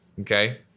Okay